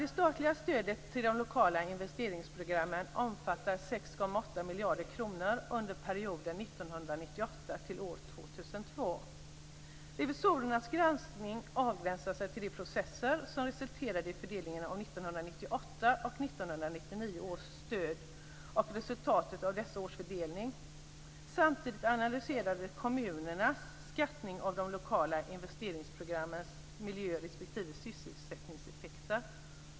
Det statliga stödet till de lokala investeringsprogrammen omfattar 6,8 miljarder kronor under perioden 1998-2002. Revisorernas granskning avgränsas till de processer som resulterade i fördelningen av 1998 och 1999 års stöd och resultatet av dessa års fördelning. Samtidigt analyserades kommunernas skattning av de lokala investeringsprogrammens miljö respektive sysselsättningseffekter.